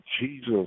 Jesus